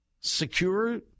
secure